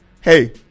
hey